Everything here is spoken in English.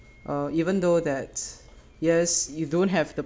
uh even though that yes you don't have the